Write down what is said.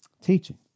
Teaching